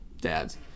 dad's